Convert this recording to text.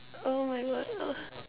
oh my God uh